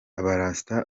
abarasta